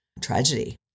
tragedy